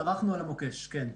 דרכנו על מוקש, כן.